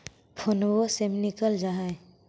फोनवो से निकल जा है?